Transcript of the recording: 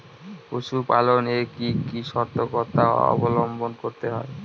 পশুপালন এ কি কি সর্তকতা অবলম্বন করতে হবে?